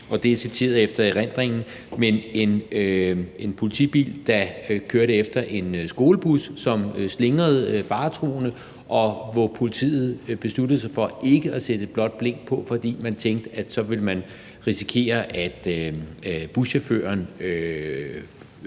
det er citeret efter erindringen – der kørte efter en skolebus, som slingrede faretruende, og hvor politiet besluttede sig for ikke at sætte et blåt blink på, fordi man tænkte, at man så ville risikere, at buschaufføren forsøgte